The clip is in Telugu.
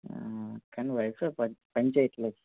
కాని వైఫై పని చేయడంలేదు